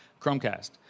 Chromecast